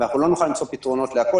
ואנחנו לא נוכל למצוא פתרונות לכול.